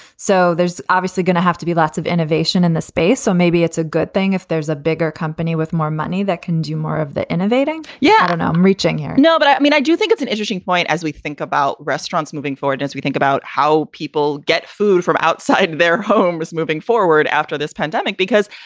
so there's obviously going to have to be lots of innovation in the space, or maybe it's a good thing if there's a bigger company with more money that can do more of the innovating. yeah, and i'm reaching here no, but i mean, i do think it's an interesting point as we think about restaurants moving forward, as we think about how people get food from outside their home was moving forward after this pandemic because,